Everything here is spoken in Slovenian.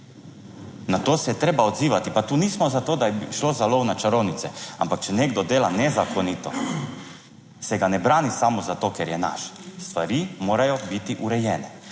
Na to se je treba odzivati. Pa tu nismo za to, da je šlo za lov na čarovnice, ampak če nekdo dela nezakonito, se ga ne brani samo zato, ker je naš. Stvari morajo biti urejene.